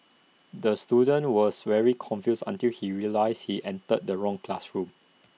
the student was very confused until he realised he entered the wrong classroom